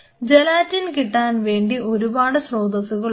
gelatin കിട്ടാൻ വേണ്ടി ഒരുപാട് സ്രോതസ്സുകൾ ഉണ്ട്